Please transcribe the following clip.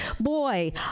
boy